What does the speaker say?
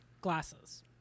glasses